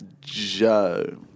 Joe